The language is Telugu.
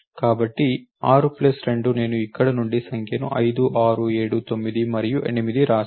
కాబట్టి 6 ప్లస్ 2 నేను ఇక్కడ నుండి సంఖ్యను 5 6 7 9 మరియు 8 వ్రాసాను